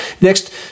Next